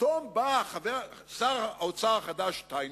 פתאום בא שר האוצר החדש, שטייניץ,